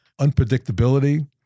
unpredictability